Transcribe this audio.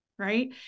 Right